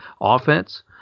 offense